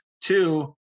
Two